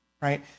right